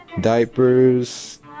diapers